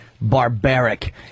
barbaric